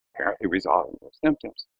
apparently resolve those symptoms.